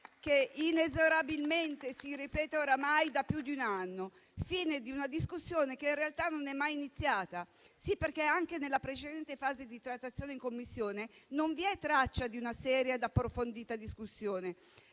che inesorabilmente si ripete oramai da più di un anno, fine di una discussione che in realtà non è mai iniziata. Neanche nella precedente fase di trattazione in Commissione, infatti, vi è traccia di una seria e approfondita discussione.